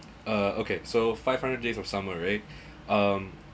ah okay so five hundred days of summary um